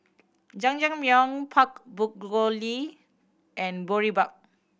Jajangmyeon Pork Bulgogi and Boribap